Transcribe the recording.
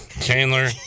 chandler